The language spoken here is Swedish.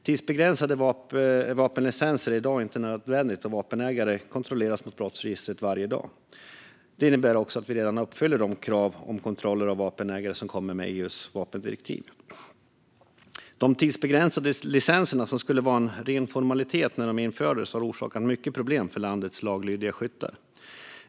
Tidsbegränsade vapenlicenser är i dag inte nödvändiga, eftersom vapenägare kontrolleras mot brottsregistret varje dag. Det innebär också att vi redan uppfyller de krav om kontroller av vapenägare som kommer med EU:s vapendirektiv. De tidsbegränsade licenserna, som skulle vara en ren formalitet när de infördes, har orsakat mycket problem för landets laglydiga skyttar.